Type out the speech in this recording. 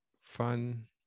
fun